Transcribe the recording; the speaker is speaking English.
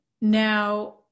now